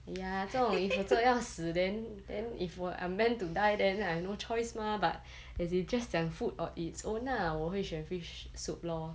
!aiya! 这种 if 我真的要死 then then if I meant to die then I no choice mah but as in just 讲 food on its own lah 我会选 fish soup lor